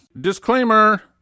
Disclaimer